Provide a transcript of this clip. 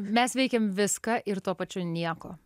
mes veikėm viską ir tuo pačiu nieko